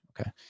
okay